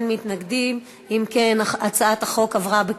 חברים וחברות,